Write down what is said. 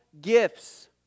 gifts